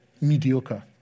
mediocre